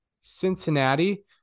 Cincinnati